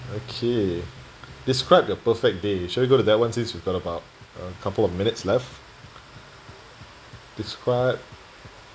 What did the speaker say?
okay describe your perfect day shall we go to that one since we've got about a couple of minutes left describe